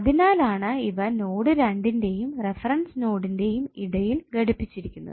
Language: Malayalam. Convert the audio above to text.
അതിനാലാണ് ഇവ നോഡ് 2 ന്റെയും റഫറൻസ് നൊടിന്റെയും ഇടയിൽ ഘടിപ്പിച്ചിരിക്കുന്നത്